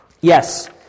Yes